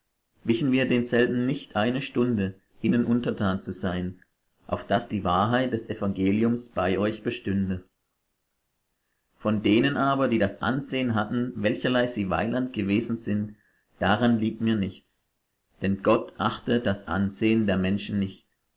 wichen wir denselben nicht eine stunde ihnen untertan zu sein auf daß die wahrheit des evangeliums bei euch bestünde von denen aber die das ansehen hatten welcherlei sie weiland gewesen sind daran liegt mir nichts denn gott achtet das ansehen der menschen nicht